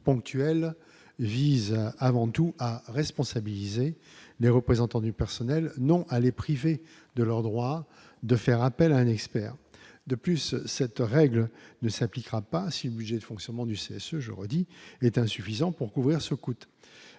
ponctuelles vise avant tout à responsabilisés mais représentant du personnel non à les priver de leur droit de faire appel à un expert de plus, cette règle ne s'appliquera pas si budget de fonctionnement du CSU je redis est insuffisant pour couvrir ce coûteux